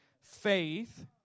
Faith